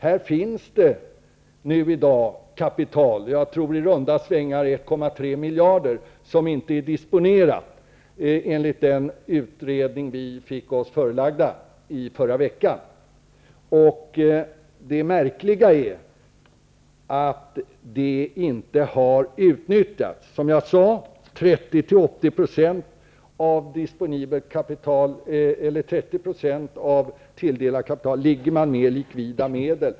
Här finns det i dag enligt den utredning vi fick oss förelagd förra veckan kapital -- i runda slängar 1,3 miljarder, tror jag -- som inte är disponerat. Det märkliga är att det inte har utnyttjats. Som jag sade ligger man med 30 % av tilldelat kapital i likvida medel.